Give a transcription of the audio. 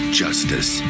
justice